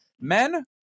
men